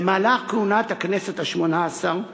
במהלך כהונת הכנסת השמונה-עשרה